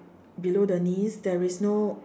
below the knees there is no